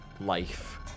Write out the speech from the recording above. life